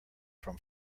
from